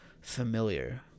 Familiar